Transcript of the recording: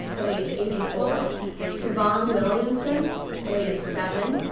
age eighty four tevaun williamson age seven,